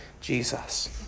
Jesus